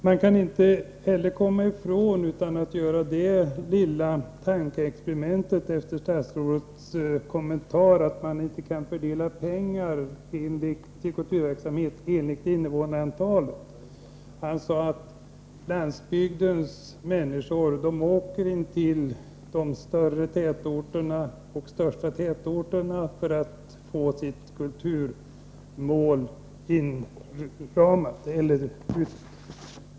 Jag kan inte heller undgå att efter statsrådets kommentar göra den lilla reflexionen att man inte kan fördela till kulturverksamhet enligt invånarantalet. Statsrådet sade att landsbygdens människor åker in till de större — och största — tätorterna för att få sitt kulturbehov fyllt.